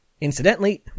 Incidentally